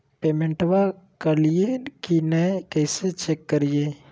पेमेंटबा कलिए की नय, कैसे चेक करिए?